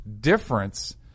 difference